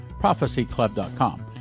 prophecyclub.com